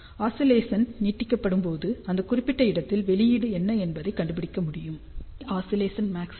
oscillation நீடிக்கப்படும் போது அந்த குறிப்பிட்ட இடத்தில் வெளியீடு என்ன என்பதைக் கண்டுபிடிக்க முயற்சிப்போம்